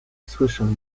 słyszę